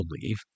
believe